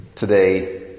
today